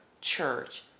church